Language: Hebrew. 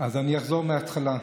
אז אני אחזור מההתחלה.